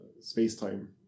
space-time